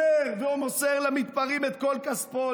אומר, ומוסר לפורעים את כל כספו.